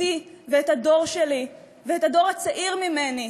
אותי ואת הדור שלי ואת הדור הצעיר ממני,